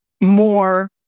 more